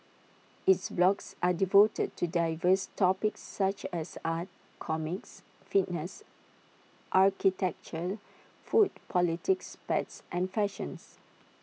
its blogs are devoted to diverse topics such as art comics fitness architecture food politics pets and fashions